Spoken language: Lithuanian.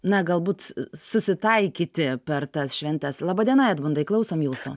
na galbūt susitaikyti per tas šventes laba diena edmundai klausom jūsų